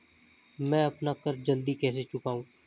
मैं अपना कर्ज जल्दी कैसे चुकाऊं?